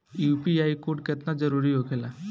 UPI code केतना जरुरी होखेला?